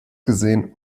gesehen